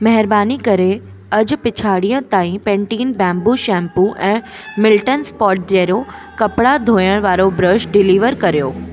महिरबानी करे अॼु पिछाड़ीअ ताईं पेंटीन बैम्बू शैम्पू ऐं मिल्टन स्पोट्जेरो कपिड़ा धोइण वारो ब्रश डिलीवर करियो